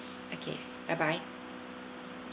okay bye bye